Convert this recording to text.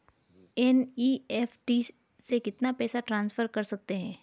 NEFT से कितना पैसा ट्रांसफर कर सकते हैं?